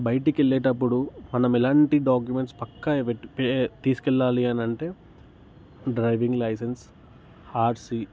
బయటికి వెళ్ళేటప్పుడు మనం ఎలాంటి డాక్యుమెంట్స్ పక్కాగా తీసుకెళ్ళాలి అని అంటే డ్రైవింగ్ లైసెన్స్ ఆర్సి